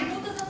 האלימות הזאת,